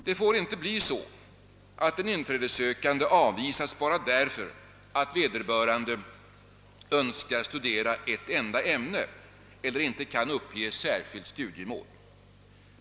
Det får inte bli så, att en inträdessökande avvisas bara därför att vederbörande önskar studera ett enda ämne eller inte kan uppge särskilt studiemål.